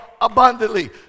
abundantly